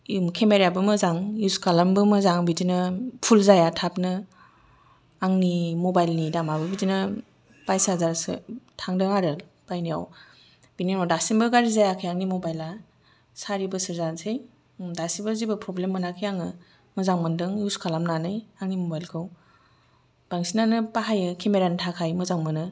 camera याबो मोजां इउस खालामनोबो मोजां बिदिनो फुल जाया थाबनो आंनि मबाइल नि दामाबो बिदिनो बाइस हाजारसो थांदों आरो बायनायाव बिनि उनाव दासिमबो गाज्रि जायाखै आंनि मबाइल आ सारि बोसोर जानोसै दासिमबो जेबो प्रब्लेम मोनाखै आङो मोजां मोनदों इउस खालामनानै आंनि मबाइल खौ बांसिनानो बाहायो केमेरा नि थाखाय मोजां मोनो